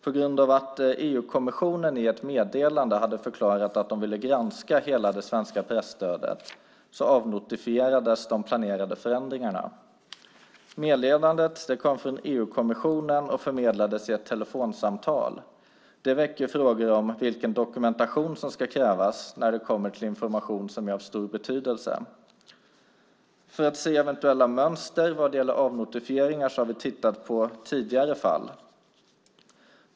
På grund av att EU-kommissionen i ett meddelande hade förklarat att den ville granska hela det svenska presstödet avnotifierades de planerade förändringarna. Meddelandet kom från EU-kommissionen och förmedlades i ett telefonsamtal. Det väcker frågor om vilken dokumentation som ska krävas när det kommer till information som är av stor betydelse. För att se eventuella mönster vad gäller avnotifieringar har vi tittar på tidigare fall.